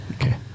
Okay